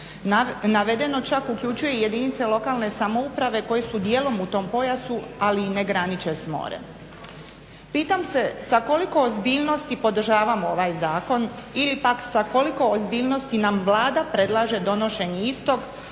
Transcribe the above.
Navedeno čak uključuje i jedinice lokalne samouprave koje su dijelom u tom pojasu ali ne graniče s morem. Pitam se sa koliko ozbiljnosti podržavamo ovaj zakon ili pak sa koliko ozbiljnosti nam Vlada predlaže donošenje istog